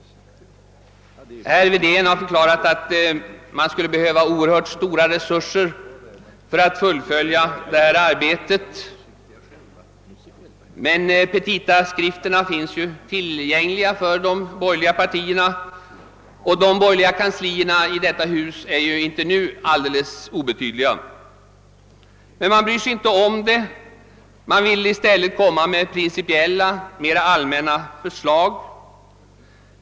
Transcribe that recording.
Herr Wedén har förklarat att man skulle behöva oerhört stora resurser för att fullfölja det arbetet. Men petitaskrivelserna finns ju tillgängliga för de borgerliga partierna, och de borgerliga kanslierna i detta hus är ju inte alldeles obetydliga. Men man bryr sig inte om att göra en skuggbudget utan vill i stället framlägga principiella, mera allmänna förslag.